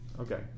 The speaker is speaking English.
Okay